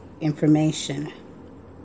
information